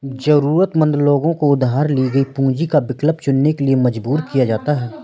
जरूरतमंद लोगों को उधार ली गई पूंजी का विकल्प चुनने के लिए मजबूर किया जाता है